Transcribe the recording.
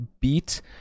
beat